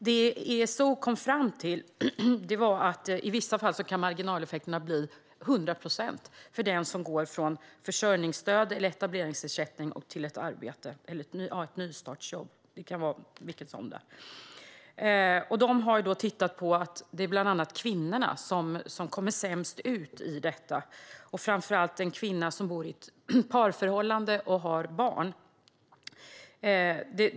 Det som ESO kom fram till var att marginaleffekterna i vissa fall kan bli 100 procent för den som går från försörjningsstöd eller etableringsersättning till ett arbete eller ett nystartsjobb. ESO har konstaterat att kvinnorna tillhör dem som får sämst utfall av detta, framför allt kvinnor som lever i ett parförhållande och har barn.